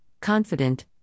confident